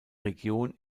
region